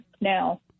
Now